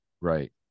Right